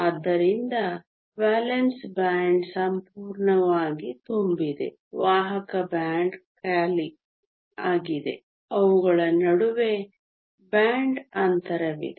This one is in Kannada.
ಆದ್ದರಿಂದ ವೇಲೆನ್ಸ್ ಬ್ಯಾಂಡ್ ಸಂಪೂರ್ಣವಾಗಿ ತುಂಬಿದೆ ವಾಹಕ ಬ್ಯಾಂಡ್ ಖಾಲಿಯಾಗಿದೆ ಮತ್ತು ಅವುಗಳ ನಡುವೆ ಬ್ಯಾಂಡ್ ಅಂತರವಿದೆ